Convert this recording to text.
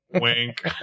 Wink